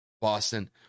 Boston